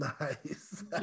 Nice